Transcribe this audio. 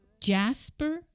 Jasper